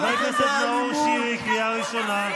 חברת הכנסת מירב בן ארי, קריאה ראשונה.